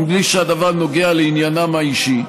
בלי שהדבר נוגע לעניינם האישי.